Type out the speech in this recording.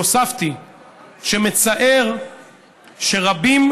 והוספתי שמצער שרבים